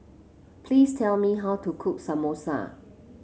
please tell me how to cook Samosa